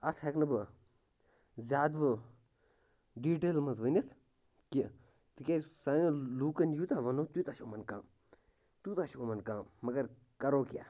اَتھ ہٮ۪کہٕ نہٕ بہٕ زیادٕ وۄنۍ ڈِٹیلہِ منٛز ؤنِتھ کیٚنٛہہ تِکیٛازِ سانٮ۪ن لکَن یوٗتاہ وَنو تیٛوٗتاہ چھُ یِمَن کَم تیٛوٗتاہ چھُ یِمَن کَم مگر کَرو کیٛاہ